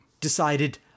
decided